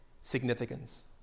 significance